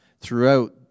throughout